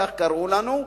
כך קראו לנו,